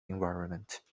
environment